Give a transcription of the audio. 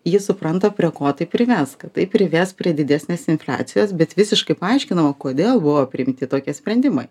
jis supranta prie ko tai prives kad tai prives prie didesnės infliacijos bet visiškai paaiškinama kodėl buvo priimti tokie sprendimai